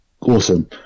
awesome